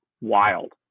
wild